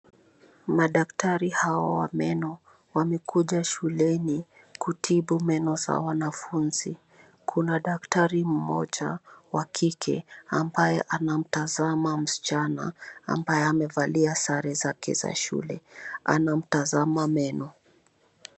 Madaktari hawa wa meno wamekuja shuleni kutibu meno za wanafunzi. Kuna daktari mmoja wa kike ambaye anamtazama msichana ambaye amevalia sare zake za shule anamtazama meno.